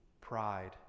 pride